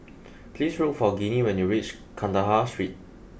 please look for Ginny when you reach Kandahar Street